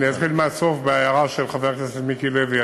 אני אתחיל מהסוף, בהערה של חבר הכנסת מיקי לוי.